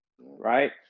right